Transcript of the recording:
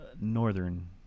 northern